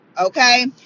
okay